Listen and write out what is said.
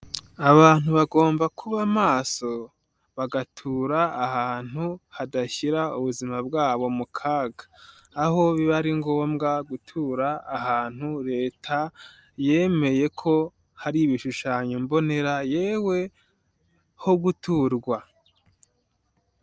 Abantu bagomba kuba maso bagatura ahantu hadashyira ubuzima bwabo mu kaga, aho biba ari ngombwa gutura ahantu leta yemeye ko hari ibishushanyo mbonera, yewe ho guturwa.